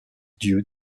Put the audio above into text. due